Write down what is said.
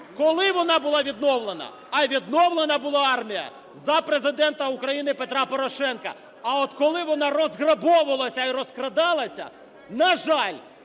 коли вона була відновлена? А відновлена була армія за Президента України Петра Порошенка. А от коли вона розграбовувалася і розкрадалася? На жаль,